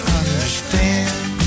understand